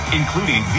including